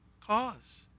cause